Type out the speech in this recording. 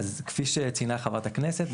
כפי שציינה חברת הכנסת,